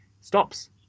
stops